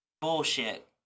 bullshit